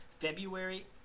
February